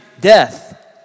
death